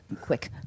quick